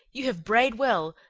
you have brayed well,